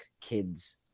kids